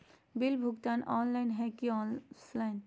Bill भुगतान online है की ऑफलाइन?